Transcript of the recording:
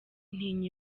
ntinya